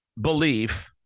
belief